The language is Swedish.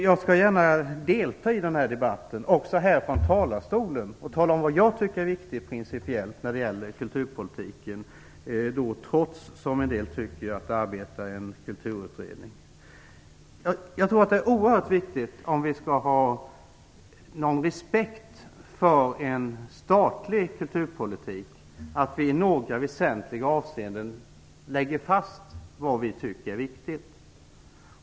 Jag skall gärna delta i denna debatt, och från denna talarstol, och tala om vad jag tycker är principiellt viktigt i kulturpolitiken, trots att en del inte tycker att man skall göra det medan utredning pågår. Om vi skall ha någon respekt för en statlig kulturpolitik är det oerhört viktigt att vi i väsentliga avseenden lägger fast vad vi tycker är viktigt.